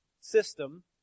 system